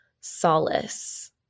solace